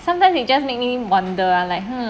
sometimes it just make me wonder ah like hmm